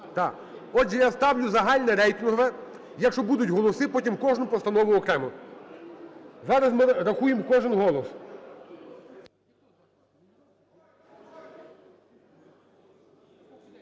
Отже, я ставлю загальне рейтингове. Якщо будуть голоси, потім кожну постанову окремо. Зараз ми рахуємо кожен голос.